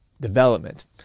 development